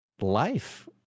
life